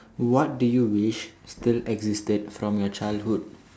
what do you wish still existed from your childhood